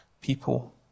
people